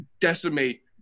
decimate